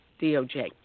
DOJ